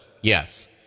Yes